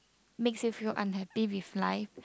makes you feel unhappy with life